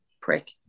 prick